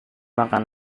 makan